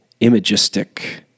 imagistic